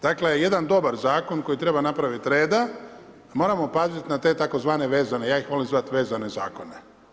Dakle, jedan dobar zakon koji treba napraviti reda, moramo paziti na te tzv. vezane, ja ih volim zvati vezane zakone.